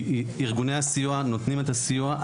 כי ארגוני הסיוע נותנים את הסיוע,